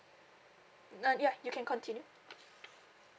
nah ya you can continue